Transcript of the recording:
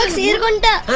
ah wiii go and